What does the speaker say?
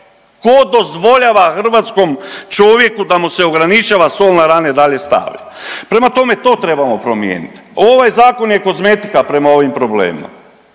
Tko dozvoljava hrvatskom čovjeku da mu se ograničava sol na rane dalje stavi. Prema tome to trebamo promijeniti. Ovaj zakon je kozmetika prema ovim problemima.